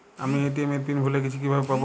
আমি এ.টি.এম এর পিন ভুলে গেছি কিভাবে পাবো?